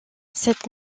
cette